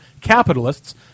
capitalists